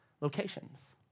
locations